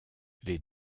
les